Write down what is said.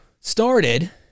started